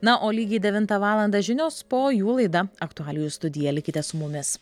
na o lygiai devintą valandą žinios po jų laida aktualijų studija likite su mumis